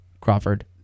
Crawford